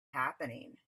happening